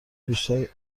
بیشتر